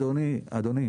אדוני,